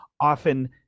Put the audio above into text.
often